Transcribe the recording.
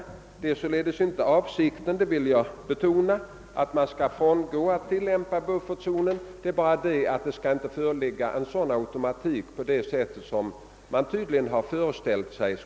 Avsikten är således inte, det vill jag betona, att frångå tillämpningen av systemet med buffertzoner — det skall bara inte föreligga en automatik på det sätt som man tydligen föreställt sig.